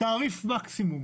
תעריף מקסימום